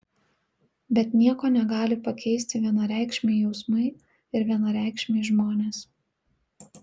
bet nieko negali pakeisti vienareikšmiai jausmai ir vienareikšmiai žmonės